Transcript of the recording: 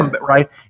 Right